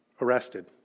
arrested